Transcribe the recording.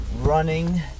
running